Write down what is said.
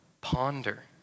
Ponder